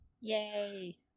Yay